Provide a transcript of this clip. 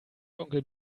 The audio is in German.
onkel